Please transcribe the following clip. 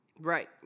Right